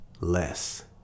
less